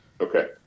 Okay